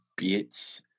bitch